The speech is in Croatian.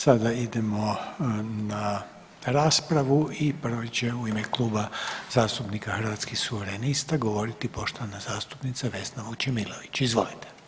Sada idemo na raspravu i prvi će u ime Kluba zastupnika Hrvatskih suverenista govoriti poštovana zastupnica Vesna Vučemilović, izvolite.